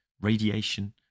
radiation